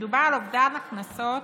מדובר על אובדן הכנסות